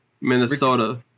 Minnesota